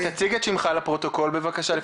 אני